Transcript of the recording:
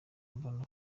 mbona